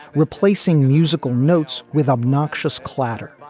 replacing musical notes with obnoxious clatter.